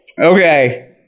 Okay